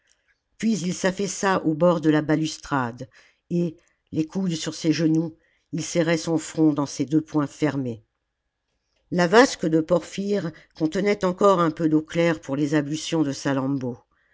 puis il s'affaissa au bord de la balustrade et les coudes sur ses genoux il serrait son front dans ses deux poings fermés la vasque de porphyre contenait encore un peu d'eau claire pour les ablutions de